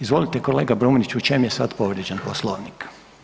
Izvolite kolega Brumnić u čemu je sad povrijeđen poslovnik?